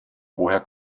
woher